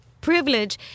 privilege